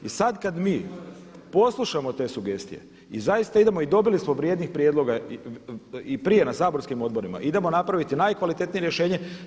I sad kad mi poslušamo te sugestije i zaista idemo i dobili smo vrijednih prijedloga i prije na saborskim odborima, idemo napraviti najkvalitetnije rješenje.